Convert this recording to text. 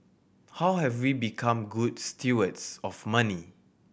how have we become good stewards of money